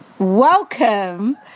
Welcome